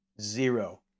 Zero